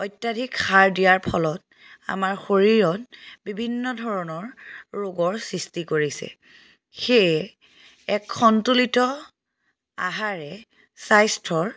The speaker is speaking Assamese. অত্যাধিক সাৰ দিয়াৰ ফলত আমাৰ শৰীৰত বিভিন্ন ধৰণৰ ৰোগৰ সৃষ্টি কৰিছে সেয়ে এক সন্তুলিত আহাৰে স্বাস্থ্যৰ